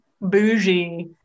bougie